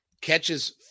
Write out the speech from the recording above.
catches